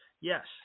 Yes